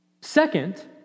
Second